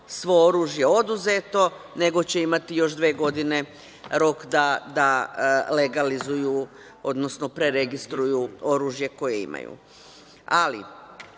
svo oružje oduzeto, nego će imati još dve godine rok da legalizuju odnosno preregistruju oruže koje imaju.